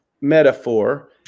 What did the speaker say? metaphor